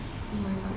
hmm